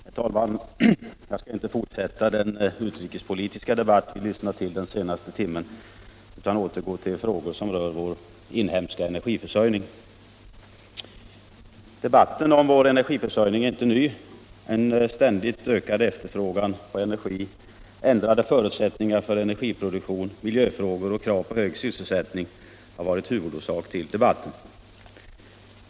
Herr talman! Jag skall inte fortsätta den utrikespolitiska debatt som vi har lyssnat till under den senaste timmen utan återgå till frågor som rör vår inhemska energiförsörjning. | Debatten om vår energiförsörjning är inte ny. En ständigt ökad efterfrågan på energi, ändrade förutsättningar för energiproduktion, miljöfrågor och krav på hög sysselsättning har varit huvudorsak till debatten.